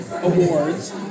awards